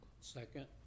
Second